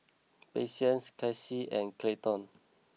Patience Kasey and Clayton